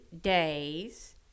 days